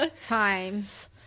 times